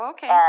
Okay